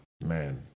Man